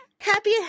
happy